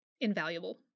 invaluable